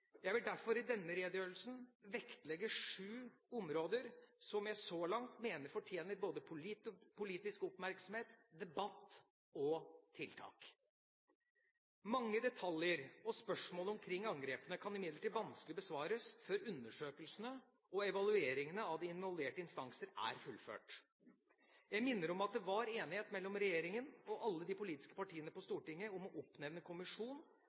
Jeg vil derfor i denne redegjørelsen vektlegge sju områder som jeg så langt mener fortjener både politisk oppmerksomhet, debatt og tiltak. Mange detaljer og spørsmål omkring angrepene kan imidlertid vanskelig besvares før undersøkelsene og evalueringene av de involverte instanser er fullført. Jeg minner om at det var enighet mellom regjeringa og alle de politiske partiene på Stortinget om å oppnevne